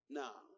now